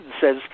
says